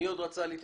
מי עוד רצה להתייחס?